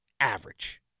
average